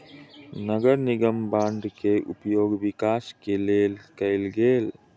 नगर निगम बांड के उपयोग विकास के लेल कएल गेल